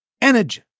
Energy